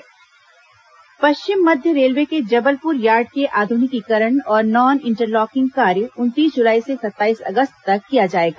train रद्द पश्चिम मध्य रेलवे के जबलपुर यार्ड के आधुनिकीकरण और नॉन इंटरलॉकिंग कार्य उनतीस जुलाई से सत्ताईस अगस्त तक किया जाएगा